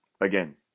again